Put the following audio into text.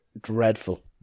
dreadful